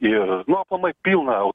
ir nu aplamai pilna